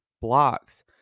blocks